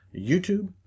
YouTube